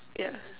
yeah